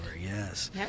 yes